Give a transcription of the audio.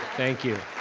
thank you.